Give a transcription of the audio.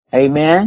Amen